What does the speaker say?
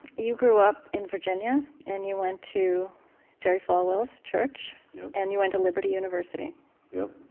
you grew up in virginia and you went to jerry falwell's church and you went to liberty university yep.